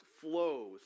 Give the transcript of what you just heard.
flows